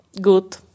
good